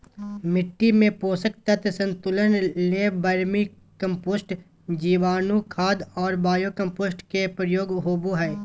मिट्टी में पोषक तत्व संतुलन ले वर्मी कम्पोस्ट, जीवाणुखाद और बायो कम्पोस्ट के प्रयोग होबो हइ